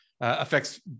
affects